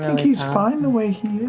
and he's fine the way he